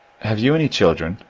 have you any children?